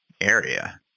area